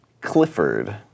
Clifford